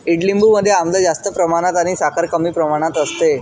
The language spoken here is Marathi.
ईडलिंबू मध्ये आम्ल जास्त प्रमाणात आणि साखर कमी प्रमाणात असते